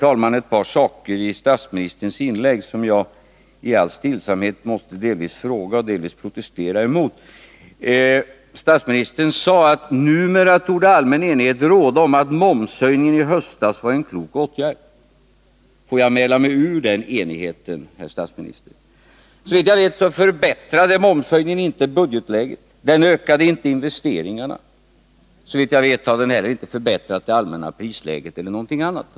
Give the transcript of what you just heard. Sedan var det ett par andra saker i statsministerns inlägg som jag i all stillsamhet måste delvis fråga om och delvis protestera mot. Statsministern sade att det numera torde råda allmän enighet om att momshöjningen i höstas var en klok åtgärd. Får jag mäla mig ur den enigheten, herr statsminister! Såvitt jag vet förbättrade momshöjningen inte budgetläget. Den ökade inte investeringarna. Såvitt jag vet har den inte heller förbättrat det allmänna prisläget eller någonting annat.